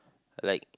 like